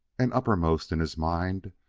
and uppermost in his mind,